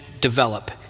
develop